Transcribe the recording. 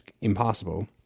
impossible